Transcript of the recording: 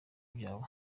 byabo